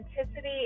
authenticity